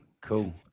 cool